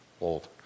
Old